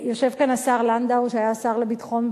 יושב כאן השר לנדאו, שהיה השר לביטחון פנים.